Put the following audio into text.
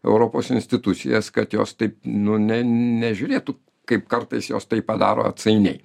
europos institucijas kad jos taip nu ne nežiūrėtų kaip kartais jos tai padaro atsainiai